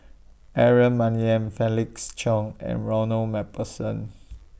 Aaron Maniam Felix Cheong and Ronald MacPherson